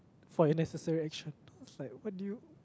for your necessary action that's like what do you